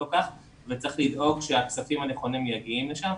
כך וצריך לדאוג שהכספים הנכונים מגיעים אליו,